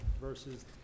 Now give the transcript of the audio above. versus